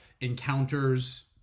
encounters